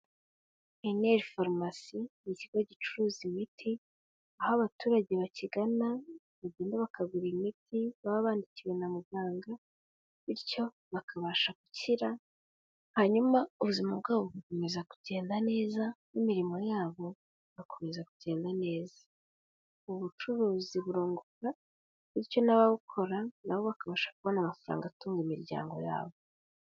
Eneri farumasi ikigo gicuruza imiti aho abaturage bakigana bagenda bakagura imiti baba bandikiwe na muganga bityo bakabasha gukira hanyuma ubuzima bwabo bugakomeza kugenda neza n'imirimo yabo igakomeza kugenda neza. Ubucuruzi burunguka bityo n'ababukora nabo bakabasha kubona amafaranga atunga imiryango yabo.